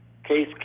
Case